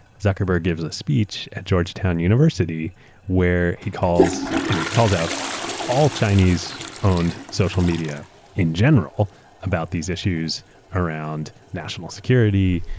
zuckerberg gives a speech at georgetown university where he calls you know he calls out all chinese-owned ah and social media in general about these issues around national security,